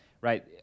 right